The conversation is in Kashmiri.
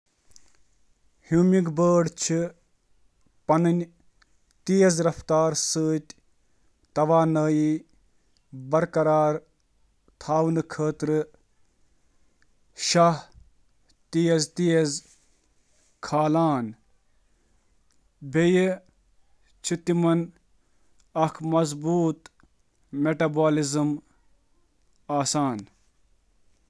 ہمنگ برڈز چِھ پرواز کرنس دوران پنن توانٲئی برقرار تھونہٕ خٲطرٕ حکمت عملی ہنٛد امتزاج استعمال کران، یتھ منٛز تیز میٹابولزم، تیزی سان شاہ ہین، غذا، گلوکوز بطور ایندھن تہٕ باقی شٲمل چِھ۔